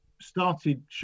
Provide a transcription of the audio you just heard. started